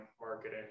marketing